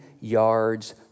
yards